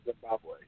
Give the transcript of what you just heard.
Zimbabwe